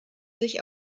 sich